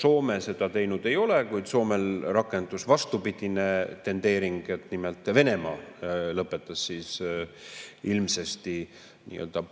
Soome seda teinud ei ole, kuid Soomel rakendus vastupidine tendeering. Nimelt, Venemaa lõpetas ilmselt